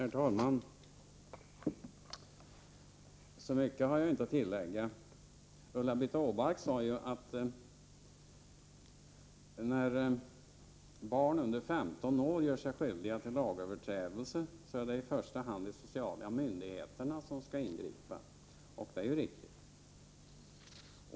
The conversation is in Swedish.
Herr talman! Jag har inte så mycket att tillägga. Ulla-Britt Åbark sade att när barn under 15 år gör sig skyldiga till lagöverträdelser är det i första hand de sociala myndigheterna som skall ingripa. Det är ju riktigt.